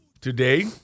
today